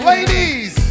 Ladies